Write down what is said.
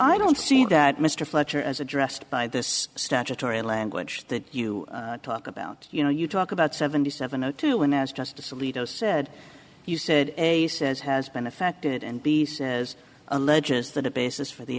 i don't see that mr fletcher as addressed by this statutory language that you talk about you know you talk about seventy seven o two and as justice alito said you said a says has been affected and b says alleges that the basis for the